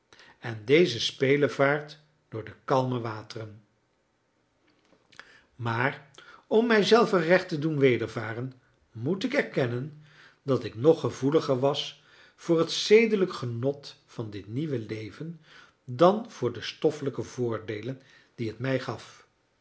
en deze spelevaart door de kalme wateren maar om mijzelven recht te doen wedervaren moet ik erkennen dat ik nog gevoeliger was voor het zedelijk genot van dit nieuwe leven dan voor de stoffelijke voordeelen die het mij gaf